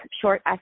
short